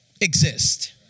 exist